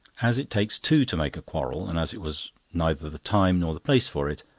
as it takes two to make a quarrel, and as it was neither the time nor the place for it,